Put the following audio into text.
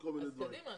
קדימה.